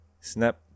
Snap